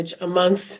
amongst